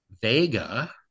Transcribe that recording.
Vega